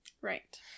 Right